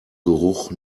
geruch